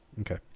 Okay